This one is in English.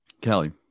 Kelly